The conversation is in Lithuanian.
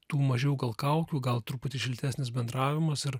tuo mažiau gal kaukių gal truputį šiltesnis bendravimas ir